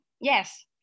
yes